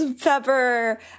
pepper